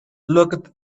looked